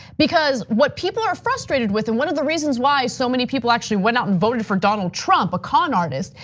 because what people are frustrated with, and one of the reasons why so many people actually went out and voted for donald trump, a con artists.